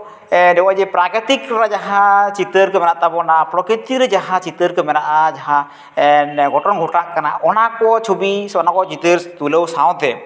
ᱱᱚᱜᱼᱚᱭ ᱡᱮ ᱯᱨᱟᱠᱨᱤᱛᱤᱠ ᱨᱮᱱᱟᱜ ᱡᱟᱦᱟᱸ ᱪᱤᱛᱟᱹᱨ ᱠᱚ ᱢᱮᱱᱟᱜ ᱛᱟᱵᱚᱱᱟ ᱯᱨᱚᱠᱨᱤᱛᱤ ᱨᱮ ᱡᱟᱦᱟᱸ ᱪᱤᱛᱟᱹᱨ ᱠᱚ ᱢᱮᱱᱟᱜᱼᱟ ᱡᱟᱦᱟᱸ ᱜᱷᱚᱴᱱ ᱜᱷᱚᱴᱟᱜ ᱠᱟᱱᱟ ᱚᱱᱟ ᱠᱚ ᱪᱷᱚᱵᱤ ᱥᱮ ᱚᱱᱟ ᱠᱚ ᱪᱤᱛᱟᱹᱨᱥ ᱛᱩᱞᱟᱹᱣ ᱥᱟᱶᱛᱮ